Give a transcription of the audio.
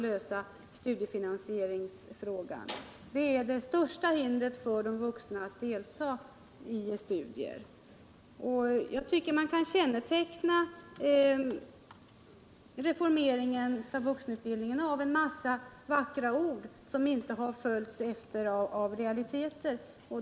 Problem i samband med studiefinansieringen utgör nämligen det största hindret för de vuxna att delta i studier. Enligt min mening kännetecknas reformeringen av vuxenutbildningen av en mängd vackra ord som inte har följts upp med realiteter.